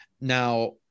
Now